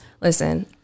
Listen